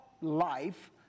life